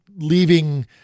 leaving